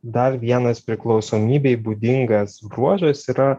dar vienas priklausomybei būdingas bruožas yra